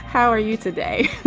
how are you today?